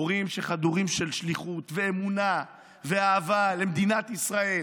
הורים חדורי שליחות, אמונה ואהבה למדינת ישראל,